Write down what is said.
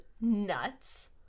nuts